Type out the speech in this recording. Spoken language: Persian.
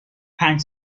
پنج